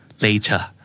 Later